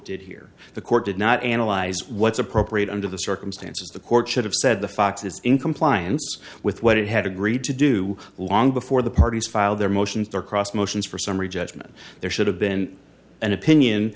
did here the court did not analyze what's appropriate under the circumstances the court should have said the fox is in compliance with what it had agreed to do long before the parties filed their motions their cross motions for summary judgment there should have been an opinion